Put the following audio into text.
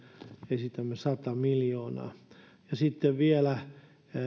esitämme sataa miljoonaa sitten vielä